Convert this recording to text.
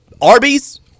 Arby's